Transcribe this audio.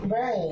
Right